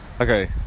Okay